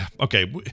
Okay